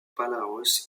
palaos